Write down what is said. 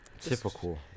typical